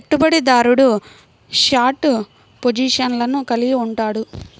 పెట్టుబడిదారుడు షార్ట్ పొజిషన్లను కలిగి ఉంటాడు